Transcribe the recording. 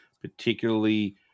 particularly